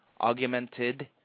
Augmented